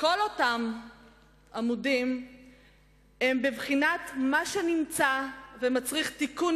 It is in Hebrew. כל אותם עמודים הם בבחינת מה שנמצא ומצריך תיקון